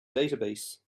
database